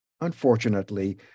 Unfortunately